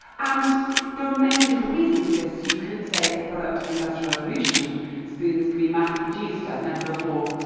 and there are many different reasons for this. you could say it's a product of the industrial revolution and spoons could be mass-produced as never before.